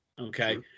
Okay